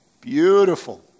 beautiful